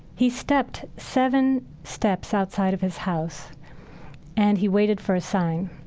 he stepped seven steps outside of his house and he waited for a sign.